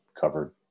covered